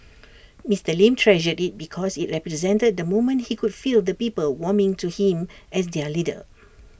Mister lee treasured IT because IT represented the moment he could feel the people warming to him as their leader